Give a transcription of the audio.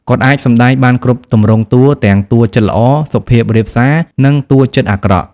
គាត់អាចសម្ដែងបានគ្រប់ទម្រង់តួ ទាំងតួចិត្តល្អ សុភាពរាបសារ និងតួចិត្តអាក្រក់។